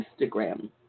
Instagram